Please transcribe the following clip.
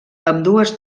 ambdues